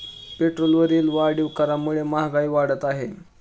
पेट्रोलवरील वाढीव करामुळे महागाई वाढत आहे